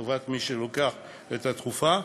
לטובת מי שלוקח את התרופה.